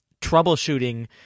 troubleshooting